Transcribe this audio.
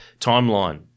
timeline